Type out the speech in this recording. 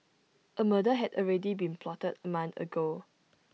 A murder had already been plotted A month ago